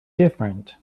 different